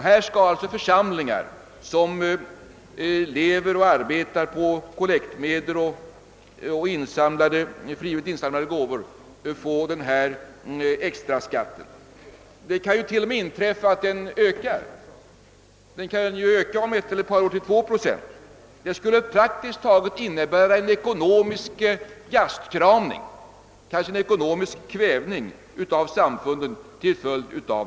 Nu skall alltså församlingarna, som lever och arbetar på kollektmedel och frivilligt insamlade gåvor, få denna extra skatt. Det kan t.o.m. inträffa att den höjs. Om den om ett eller ett par år höjs till 2 procent, skulle det praktiskt taget innebära en ekonomisk gastkramning, kanske ekonomisk kvävning av samfunden.